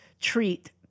treat